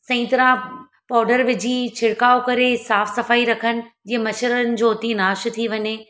सही तरह पावडर विझी छिड़काव करे साफ़ु सफाई रखनि जीअं मच्छरनि जो उते ई नासु थी वञे